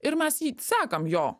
ir mes jį sekam jo